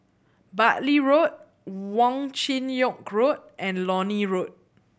Bartley Road Wong Chin Yoke Road and Lornie Road